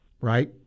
right